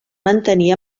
mantenir